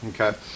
Okay